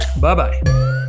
Bye-bye